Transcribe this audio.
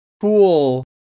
cool